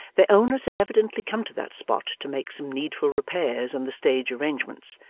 their owners had evidently come to that spot to make some needful repairs in the stage arrangements,